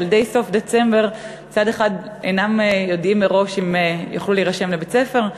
ילדי סוף דצמבר מצד אחד אינם יודעים מראש אם יוכלו להירשם לבית-ספר,